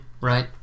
Right